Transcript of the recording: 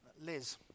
Liz